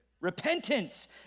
Repentance